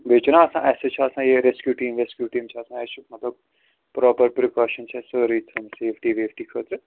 بیٚیہِ چھُنا آسان اَسہِ چھُ آسان یہِ ریسکیوٗ ٹیٖم ویسکیوٗ ٹیٖم چھُ آسان اَسہِ چھُ مطلب پراپر پرکاشَن چھِ اَسہِ سٲرٕے تھٲمٕژ سیفٹی ویفٹی خٲطرٕ